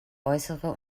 äußere